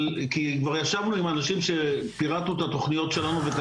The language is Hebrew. כבר ישבנו עם האנשים שפירטנו את התוכניות שלנו ואת